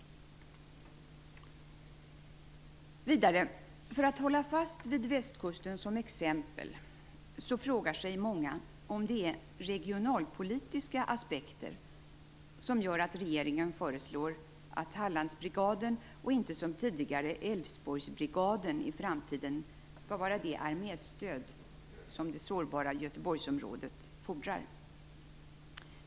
För att vidare hålla fast vid Västkusten som exempel, frågar sig många om det är regionalpolitiska aspekter som gör att regeringen föreslår att Hallandsbrigaden, och inte som tidigare Älvsborgsbrigaden, i framtiden skall vara det arméstöd som det sårbara Göteborgsområdet fordrar.